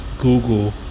Google